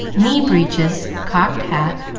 knee breeches, cocked hat,